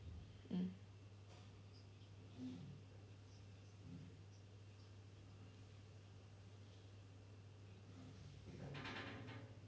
mm mm